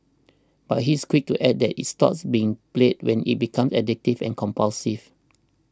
but he's quick to add that it stops being play when it becomes addictive and compulsive